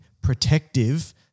protective